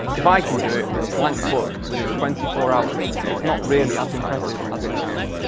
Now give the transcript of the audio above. if i can do it with a blank book within twenty four hours, its not really as impressive as it sounds.